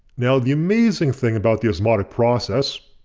now the amazing thing about the osmotic process,